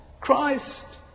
Christ